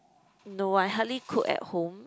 no I hardly cook at home